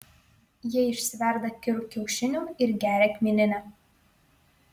jie išsiverda kirų kiaušinių ir geria kmyninę